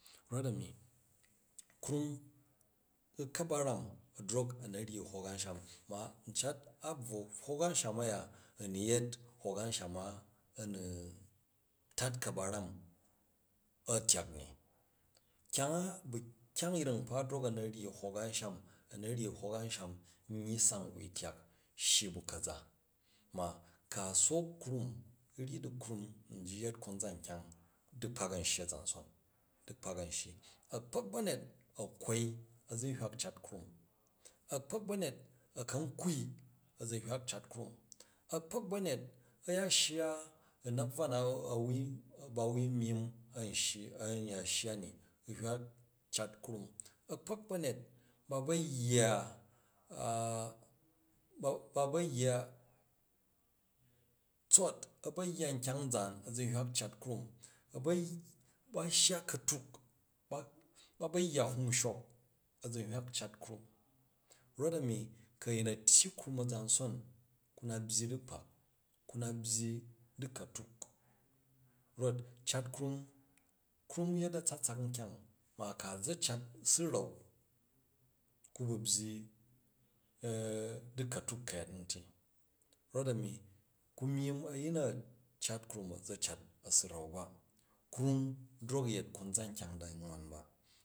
Rot ami koum u̱ka̱laram, a̱ drok a̱ na̱ ryi hok ansham, ma n cat a bvwo hok anshani uya a̱ni yet hok ansham a, a̱ni tat ka̱baram, a̱ tyak ni. Kyanry a bu kyang yring nkpa drok u̱ ryi hok anchann, a̱ni ryi hok anshan nyyi sang wun tyak, shyi bu ka̱za, ma ku̱ a sook krum. u ryi di krum nji yet kanzan kyang dikpak a̱n shyi a̱tsatsak, dukpak a̱n shyi. A̱kpok bamjat a kwoi a̱ka̱ kwui a̱zihywak cat krum a̱kpok banyet a̱ya shya u na̱bvwa na̱ a wui, ba wui myim a̱n shyi a̱n ya shya in u̱ hyvak cat krum akpok ba̱nyet ba ba̱ yya ba ba̱ yya tsot, a̱ ba̱ yya nkyang zaan a̱zihywak cat krum, a̱ ba̱ ba shya katuk, ba ba̱ yya humshok a̱zihywak cat lamm. Rot-ami ku̱ a̱yin a̱ tyyi krum a̱zanson ku na byyi dikpak, kuna byyi dikatuk rot cat krum. Krum yet atsatsak kyong, ma ku a za̱ cat si ra̱n kubu byyi dikatuk ka̱yat nti rot-ami, ku mijim a̱yin a cat krum, a̱ za̱ cat a̱ bi ra̱n ban krum drok u̱ yet konzan kyang da nwan ba.